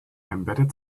embedded